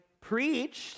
preached